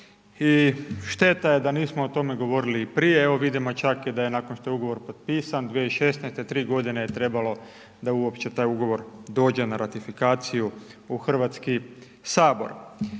i šteta je da nismo o tome govorili i prije, evo vidimo čak i da je nakon što je ugovor potpisan 2016.-te, tri godine je trebalo da uopće taj ugovor dođe na ratifikaciju u Hrvatski Sabor.